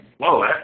whoa